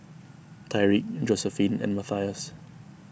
Tyrique Josiephine and Matthias